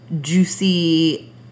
juicy